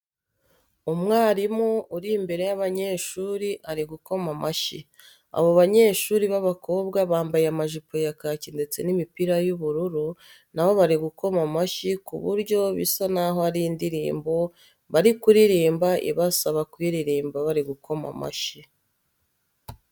Umwarimu uri imbere y'abanyeshuri ari gukoma amashyi, abo banyeshuri b'abakobwa bambaye amajipo ya kaki ndetse n'imipira y'ubururu na bo bari gukoma amashyi ku buryo bisa n'aho ari indirimbo bari kuririmba ibasaba kuryiririmba bari gukoma amashyi